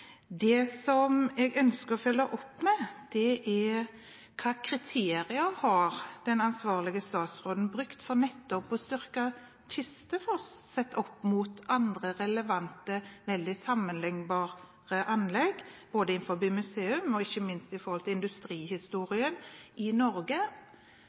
Det som jeg ønsker å følge opp med, gjelder hvilke kriterier den ansvarlige statsråden har brukt for nettopp å styrke Kistefos sett opp mot andre relevante, veldig sammenliknbare anlegg, både når det gjelder museer og ikke minst industrihistorien i Norge, ved å legge det på kulturbudsjettet versus det å ivareta industrihistorien